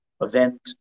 event